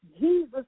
Jesus